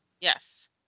yes